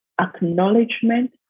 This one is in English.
acknowledgement